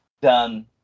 done